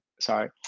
sorry